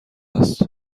است